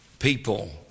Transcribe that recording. people